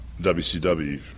WCW